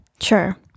Sure